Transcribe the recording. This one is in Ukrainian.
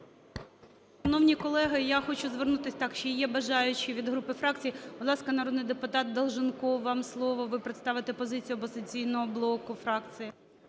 Шановні колеги, я хочу звернутися. Так, чи є бажаючі від груп і фракцій? Будь ласка, народний депутат Долженков, вам слово. Ви представите позицію "Опозиційного блоку" фракції.